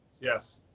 Yes